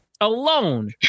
alone